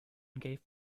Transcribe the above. gave